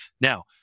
Now